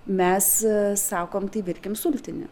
mes sakom tai virkim sultinį